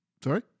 Sorry